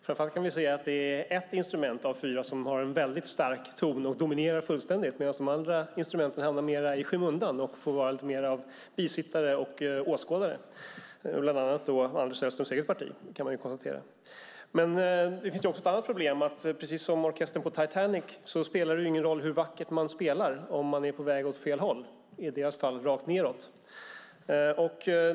Framför allt är det ett instrument av fyra som har en stark ton och som dominerar fullständigt medan de andra instrumenten hamnar mer i skymundan, får vara mer av bisittare och åskådare, bland annat Anders Sellströms eget parti. Det finns ofta andra problem. Precis som för orkestern på Titanic spelar det ingen roll hur vackert man spelar om man är på väg åt fel håll - i deras fall rakt nedåt.